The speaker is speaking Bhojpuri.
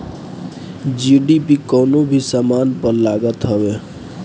जी.एस.टी कवनो भी सामान पअ लागत हवे